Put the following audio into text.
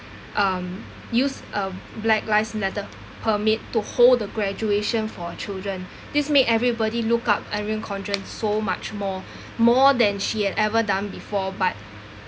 um use uh black lives matter permit to hold the graduation for children this made everybody look up erin condren so much more more than she had ever done before but